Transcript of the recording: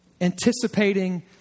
anticipating